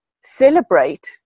celebrate